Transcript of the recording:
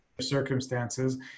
Circumstances